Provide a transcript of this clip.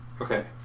Okay